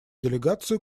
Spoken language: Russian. делегацию